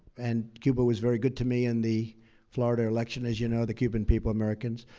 and cuba was very good to me in the florida election as you know, the cuban people, americans.